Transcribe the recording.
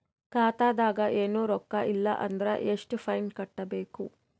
ಖಾತಾದಾಗ ಏನು ರೊಕ್ಕ ಇಲ್ಲ ಅಂದರ ಎಷ್ಟ ಫೈನ್ ಕಟ್ಟಬೇಕು?